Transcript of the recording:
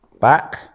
back